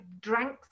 drank